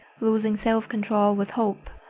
losing self-control with hope.